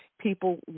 people